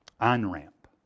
on-ramp